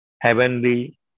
heavenly